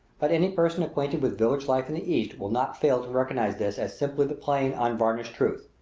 but any person acquainted with village life in the east will not fail to recognize this as simply the plain, unvarnished truth.